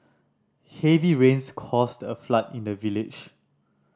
heavy rains caused a flood in the village